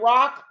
Rock